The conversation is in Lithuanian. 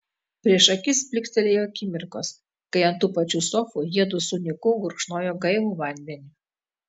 prieš akis plykstelėjo akimirkos kai ant tų pačių sofų jiedu su niku gurkšnojo gaivų vandenį